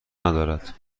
ندارد